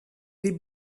die